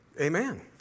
Amen